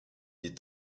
est